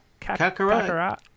Kakarot